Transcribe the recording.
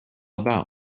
about